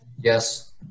Yes